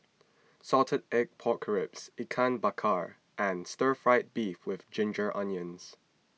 Salted Egg Pork Ribs Ikan Bakar and Stir Fry Beef with Ginger Onions